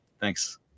Thanks